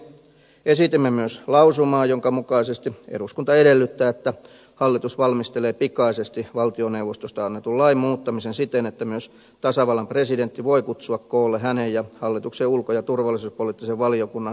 esitimme myös lausumaa jonka mukaisesti eduskunta edellyttää että hallitus valmistelee pikaisesti valtioneuvostosta annetun lain muuttamisen siten että myös tasavallan presidentti voi kutsua koolle hänen ja hallituksen ulko ja turvallisuuspoliittisen valiokunnan yhteiskokouksen